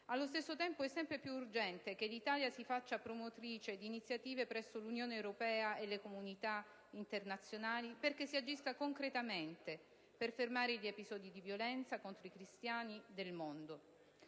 Allo stesso tempo è sempre più urgente che l'Italia si faccia promotrice di iniziative presso l'Unione europea e la comunità internazionale perché si agisca concretamente per fermare gli episodi di violenza contro i cristiani nel mondo.